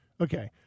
Okay